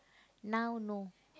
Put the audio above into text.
now no